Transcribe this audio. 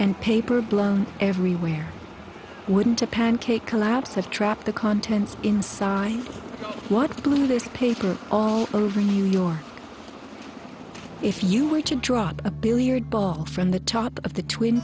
and paper blown everywhere wouldn't a pancake collapse have trapped the contents inside what do list paper all over new york if you were to drop a billiard ball from the top of the twin